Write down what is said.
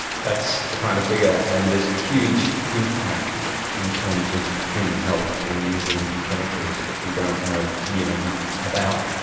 that's the kind of figure, and there's huge impact in terms of human health in using chemicals that we don't know near enough about.